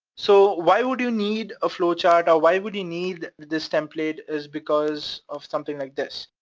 so, why would you need a flow chart, or why would you need this template is because of something like this.